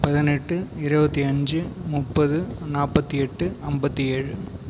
பதினெட்டு இருபத்தி அஞ்சு முப்பது நாற்பத்தி எட்டு ஐம்பத்தி ஏழு